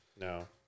No